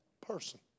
person